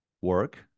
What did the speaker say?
Work